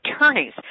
attorneys